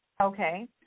Okay